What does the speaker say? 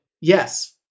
Yes